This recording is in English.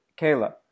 Kayla